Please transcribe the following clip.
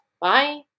Bye